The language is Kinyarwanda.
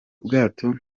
bwato